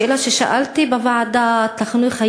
שאלה ששאלתי בוועדת החינוך,